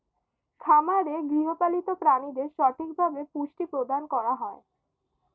খামারে গৃহপালিত প্রাণীদের সঠিকভাবে পুষ্টি প্রদান করা হয়